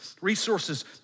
resources